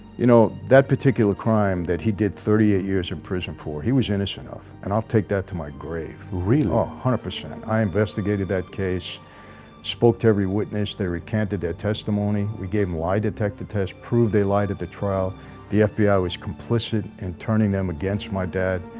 you know that particular crime that he did thirty eight years in prison for he was innocent off and i'll take that to my grave real awe hundred percent. i investigated that case spoke to every witness they recanted that testimony we gave him why detective test proved they lied at the trial the fbi ah was complicit and turning them against my dad.